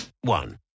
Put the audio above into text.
one